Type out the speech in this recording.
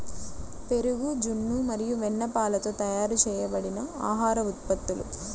పెరుగు, జున్ను మరియు వెన్నపాలతో తయారు చేయబడిన ఆహార ఉత్పత్తులు